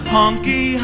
Honky